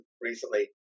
recently